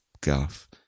guff